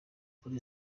kuri